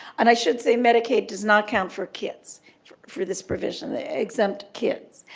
and i should say medicaid does not count for kids for this provision. they exempt kids.